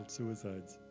suicides